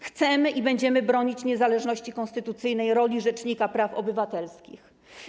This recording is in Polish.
Chcemy i będziemy bronić niezależności konstytucyjnej roli rzecznika praw obywatelskich.